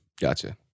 Gotcha